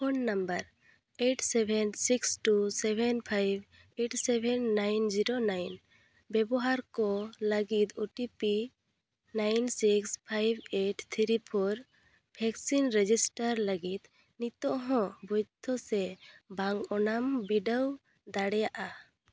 phone number eight seven six two seven five eight seven nine zero nine ᱵᱮᱵᱚᱦᱟᱨᱠᱚ ᱞᱟᱹᱜᱤᱫ OTP nine six five eight three four vaccine register ᱞᱟᱹᱜᱤᱫ ᱱᱤᱛᱚᱜᱦᱚᱸ ᱵᱳᱭᱫᱷᱚ ᱥᱮ ᱵᱟᱝ ᱚᱱᱟᱢ ᱵᱤᱰᱟᱹᱣ ᱫᱟᱲᱮᱭᱟᱜᱼᱟ